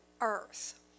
earth